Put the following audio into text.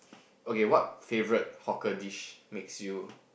okay what favourite hawker dish makes you